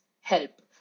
help